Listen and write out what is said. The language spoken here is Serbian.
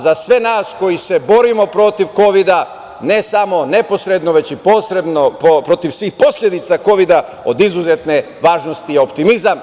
Za sve nas koji se borimo protiv Kovida, ne samo neposredno, već i posredno, protiv svih posledica Kovida, od izuzetne važnosti je optimizam.